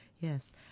Yes